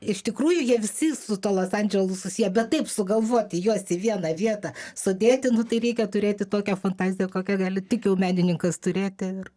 iš tikrųjų jie visi su tuo los andželu susiję bet taip sugalvoti juos į vieną vietą sudėti nu tai reikia turėti tokią fantaziją kokia gali tik jau menininkas turėti ir